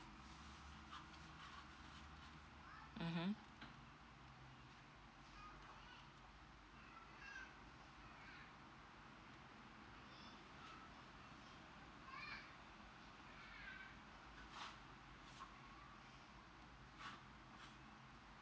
mmhmm